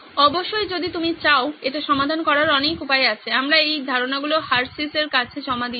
অবশ্যই যদি আপনি চান এটি সমাধান করার অনেক উপায় আছে আমরা এই ধারনাগুলি হার্শির কাছে জমা দিইনি